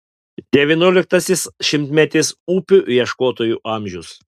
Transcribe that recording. devynioliktasis šimtmetis upių ieškotojų amžius